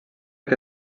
que